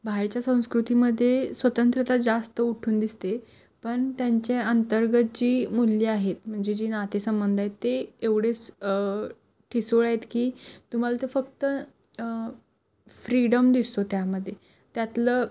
बाहेरच्या संस्कृतीमध्ये स्वतंत्रता जास्त उठून दिसते पण त्यांच्या अंतर्गत जी मूल्य आहेत म्हणजे जी नातेसंबंध आहेत ते एवढेच ठिसूळ आहेत की तुम्हाला ते फक्त फ्रीडम दिसतो त्यामध्ये त्यातलं